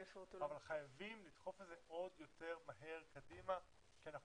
אבל חייבים לדחוף את זה עוד יותר מהר קדימה כי זה